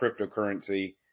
cryptocurrency